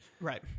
right